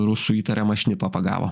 rusų įtariamą šnipą pagavo